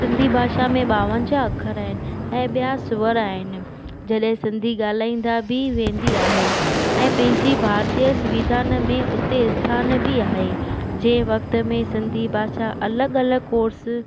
सिंधी भाषा में ॿावंजाह अखर आहिनि ऐं ॿियां स्वर आहिनि जॾहिं सिंधी ॻाल्हाईंदा बि वेंदी आहे ऐं पंहिंजी भारतीय सविधान में उते स्थान बि आहे जे वक़्तु में सिंधी भाषा अलॻि अलॻि कोर्स